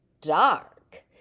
dark